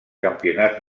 campionats